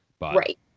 Right